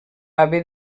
haver